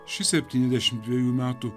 ši septyniasdešim dvejų metų